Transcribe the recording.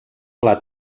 pla